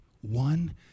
one